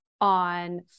on